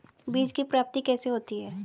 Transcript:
बीज की प्राप्ति कैसे होती है?